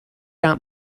out